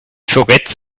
forgets